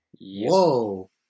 Whoa